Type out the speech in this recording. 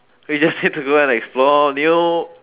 we just need to go out and explore new